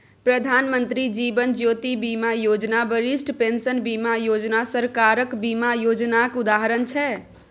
प्रधानमंत्री जीबन ज्योती बीमा योजना, बरिष्ठ पेंशन बीमा योजना सरकारक बीमा योजनाक उदाहरण छै